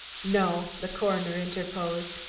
no, the coroner interposed.